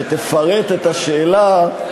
שתפרט את השאלה,